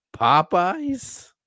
Popeyes